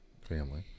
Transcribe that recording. family